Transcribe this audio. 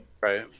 Right